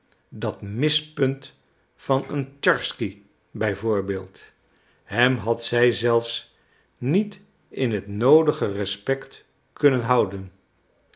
dat mispunt van een tscharsky bij voorbeeld hem had zij zelfs niet in het noodige respect kunnen houden